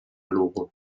lugo